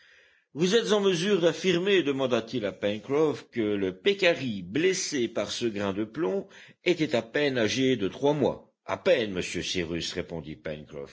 vous êtes en mesure d'affirmer demanda-t-il à pencroff que le pécari blessé par ce grain de plomb était à peine âgé de trois mois à peine monsieur cyrus répondit